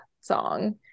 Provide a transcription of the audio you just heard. song